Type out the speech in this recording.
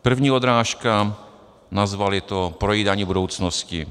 První odrážka, nazvali to Projídání budoucnosti.